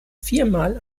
viermal